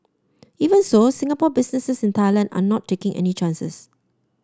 even so Singapore businesses in Thailand are not taking any chances